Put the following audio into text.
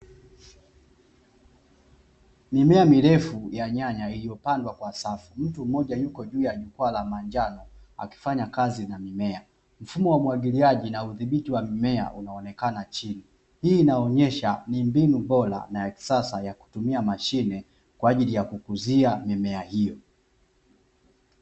Mimea mirefu ya nyanya iliyopandwa kwa safu, mtu mmoja yuko juu ya jukwaa la manjano akifanya kazi ya mimea. Mfumo wa umwagiliaji na uthibiti wa mimea, unaonekana chini. Hii inaonyesha ni mbinu bora na ya kisasa ya kutumia mashine, kwa ajili ya kukuzia mimea hiyo.